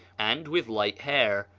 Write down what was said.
and with light hair.